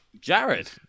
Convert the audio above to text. Jared